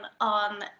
on